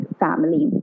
family